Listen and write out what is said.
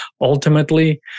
ultimately